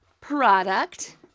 product